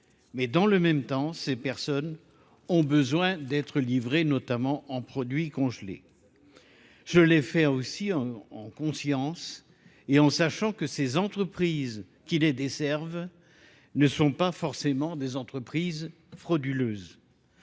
mais dans le même temps, ces personnes ont besoin d'être livrées notamment en produits congelés. Je l'ai fait aussi en conscience et en sachant que ces entreprises qui les desservent ne sont pas forcément des entreprises frauduleuses.